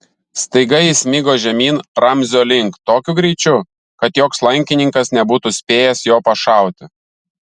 staiga jis smigo žemyn ramzio link tokiu greičiu kad joks lankininkas nebūtų spėjęs jo pašauti